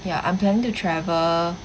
ya I'm planning to travel